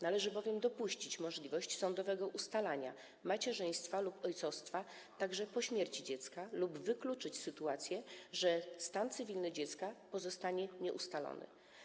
Należy dopuścić możliwość sądowego ustalenia macierzyństwa lub ojcostwa także po śmierci dziecka, aby wykluczyć sytuację, że stan cywilny dziecka pozostanie nieustalony.